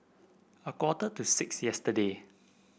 a quarter to six yesterday